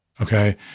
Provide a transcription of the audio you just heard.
Okay